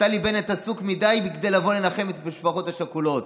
נפתלי בנט עסוק מדי מכדי לבוא לנחם את המשפחות השכולות.